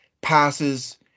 passes